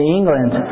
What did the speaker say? England